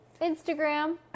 Instagram